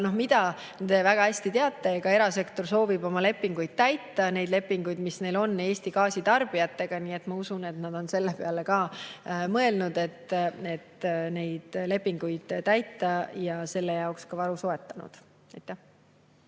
Aga nagu te väga hästi teate, soovib erasektor oma lepinguid täita, neid lepinguid, mis neil on Eesti gaasitarbijatega. Ma usun, et nad on selle peale mõelnud, kuidas neid lepinguid täita, ja selle jaoks ka varu soetanud.